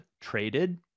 traded